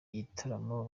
gitaramo